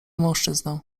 mężczyznę